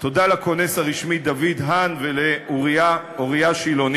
תודה לכונס הרשמי דוד האן ולאוריה שילוני.